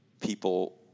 people